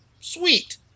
Sweet